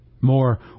more